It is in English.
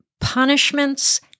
punishments